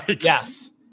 Yes